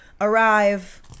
arrive